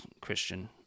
Christian